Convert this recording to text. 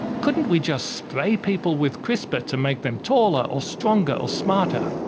couldn't we just spray people with crispr to make them taller or stronger or smarter?